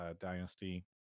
dynasty